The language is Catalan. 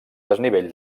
desnivell